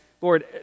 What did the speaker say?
Lord